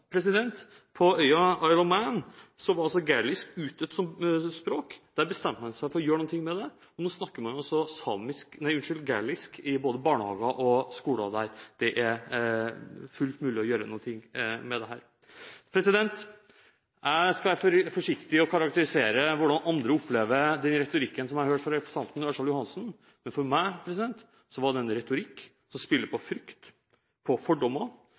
Man bestemte seg for å gjøre noe med det, og nå snakker man gælisk i både barnehager og skoler der. Det er altså fullt mulig å gjøre noe med dette. Jeg skal være forsiktig med å karakterisere hvordan andre opplever den retorikken som jeg hørte fra representanten Ørsal Johansen. Men for meg var det en retorikk som spiller på frykt, på fordommer